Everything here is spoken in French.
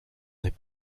n’est